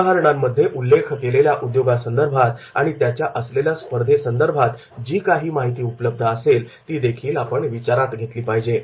उदाहरणांमध्ये उल्लेख केलेल्या उद्योगासंदर्भात आणि त्याच्या असलेल्या स्पर्धे संदर्भात जी काही माहिती उपलब्ध असेल ती देखील आपण विचारात घेतली पाहिजे